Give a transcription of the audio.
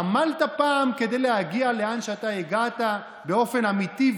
עמלת פעם כדי להגיע לאן שאתה הגעת באופן אמיתי,